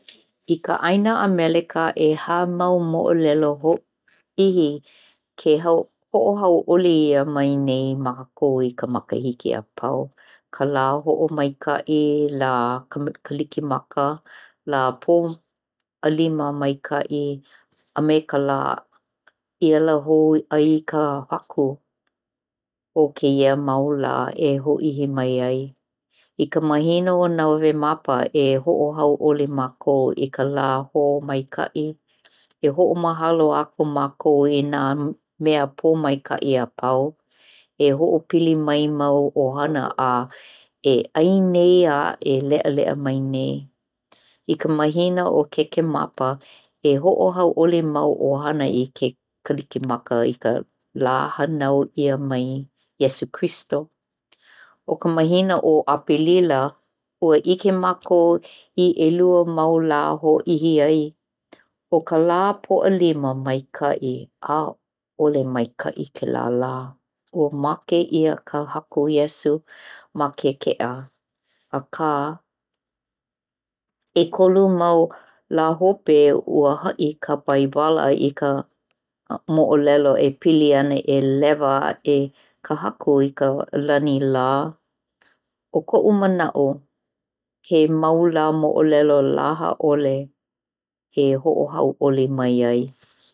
I ka ʻaina o Amelika, ʻeha mau moʻolelo hōʻihi ke hoʻohauʻoli ʻia mai nei mākou i ka makahiki apau-ka Lā Hoʻomaikaʻi, Lā Kalikimaka, La Pōʻalima Maikaʻi, a me ka Lā i ala hou ai Ka Haku. ʻO kēia mau lā e hōʻihi mai ai. I ka mahina o Novemapa, e hoʻohauʻoli mākou i ka Lā Hoʻomaikaʻi. E hoʻomahalo aku mākou no nā mea pōmaikaʻi a pau; e hoʻopili mai mau ʻohana e ʻai nei a e leʻaleʻa mai nei. I ka mahina o Kekemapa, e hoʻohauʻoli mau ʻohana i ke Kalikimaka, i ka lā hānau ʻia mai Iesu Kristo. ʻO ka mahina o Apelila, ua ʻike mākou i ʻelua mau lā hōʻihi ai, ʻo ka lā Pōʻalima Maikaʻi, ʻaʻole maikaʻi kēlā lā-ua make ʻia ka Haku Iesu ma ke keʻa, akā, ʻekolu mau lā mahope, ua haʻi ka baibala i ka moʻolelo e piliana ua lewa aʻe ka Haku i ka lani la. I koʻu manaʻo, he mau lā moʻolelo lahaʻole e hoʻohauʻoli mai ai.